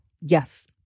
Yes